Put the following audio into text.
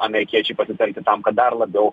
amerikiečiai pasitelkti tam kad dar labiau